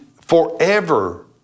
forever